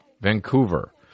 Vancouver